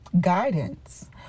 guidance